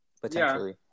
potentially